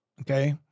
Okay